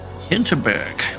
Hinterberg